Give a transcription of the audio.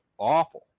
Awful